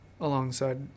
alongside